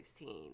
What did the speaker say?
16